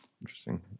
Interesting